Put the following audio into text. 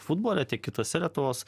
futbole tiek kitose lietuvos